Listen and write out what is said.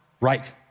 right